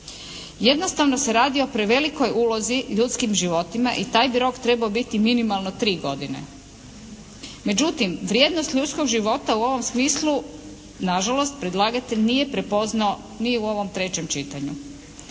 Jednostavno se radi o prevelikoj ulozi u ljudskim životima i taj bi rok trebao biti minimalno 3 godine. Međutim vrijednost ljudskog života u ovom smislu nažalost predlagatelj nije prepoznao ni u ovom trećem čitanju.